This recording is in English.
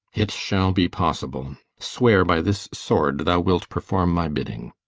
it shall be possible. swear by this sword thou wilt perform my bidding.